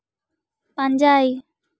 ᱯᱟᱸᱡᱟᱭ